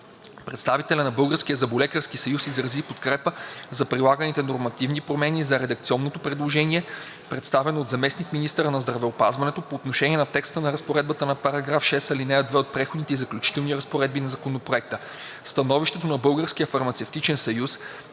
Представителят на Българския зъболекарски съюз изрази подкрепа за предлаганите нормативни промени и за редакционното предложение, представено от заместник-министъра на здравеопазването по отношение на текста на Разпоредбата на § 6, ал. 2 от Преходните и заключителните разпоредби на Законопроекта. В становището на Българския фармацевтичен съюз